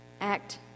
act